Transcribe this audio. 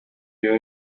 biba